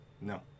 No